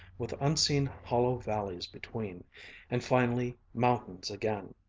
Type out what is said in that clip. with unseen hollow valleys between and finally, mountains again,